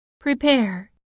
Prepare